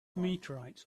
meteorites